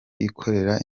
bikorera